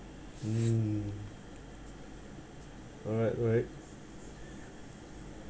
mm all right all right